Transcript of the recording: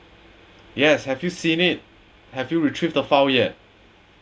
yes have you seen it have you retrieve the file yet